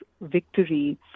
victory